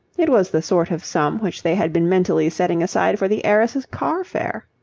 it was the sort of sum which they had been mentally setting aside for the heiress's car fare.